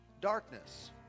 darkness